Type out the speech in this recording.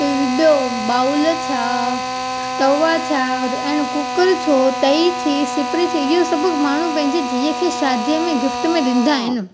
ॿियो ॿाऊल थिया तवा थिया एन कुकर थियो तई थी सिपिरी थी इहो सभु माण्हू पंहिंजी धीअ खे शादीअ में गिफ़्ट में ॾींदा आहिनि